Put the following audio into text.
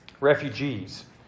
Refugees